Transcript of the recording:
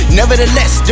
nevertheless